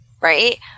right